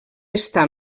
estar